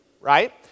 right